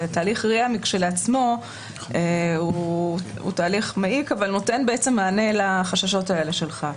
ותהליך RIA לכשעצמו הוא תהליך מעיק אבל נותן מענה לחששות האלה שלך.